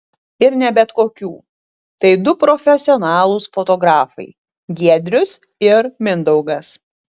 ir ne bet kokių tai du profesionalūs fotografai giedrius ir mindaugas